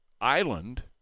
island